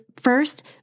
first